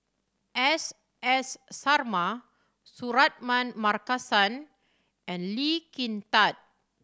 S S Sarma Suratman Markasan and Lee Kin Tat